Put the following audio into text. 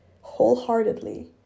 wholeheartedly